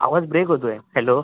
आवाज ब्रेक होतोय हॅलो